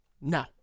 No